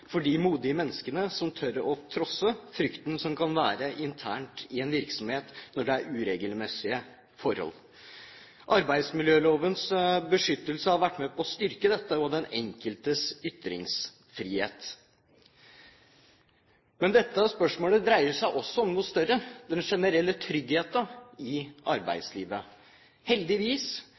for de modige menneskene som tør å trosse den frykten som kan være internt i en virksomhet når det er uregelmessige forhold. Arbeidsmiljølovens beskyttelse har vært med på å styrke dette og den enkeltes ytringsfrihet. Men dette spørsmålet dreier seg også om noe større: den generelle tryggheten i arbeidslivet. Heldigvis